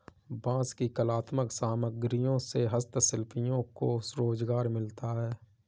बाँस की कलात्मक सामग्रियों से हस्तशिल्पियों को रोजगार मिलता है